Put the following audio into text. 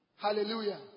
Hallelujah